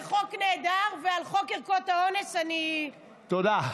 זה חוק נהדר, ועל חוק ערכות האונס אני אקבע, תודה.